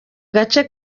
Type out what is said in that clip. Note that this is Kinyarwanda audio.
gace